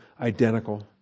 identical